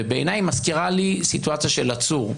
ובעיניי היא מזכירה לי סיטואציה של עצור.